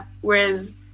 whereas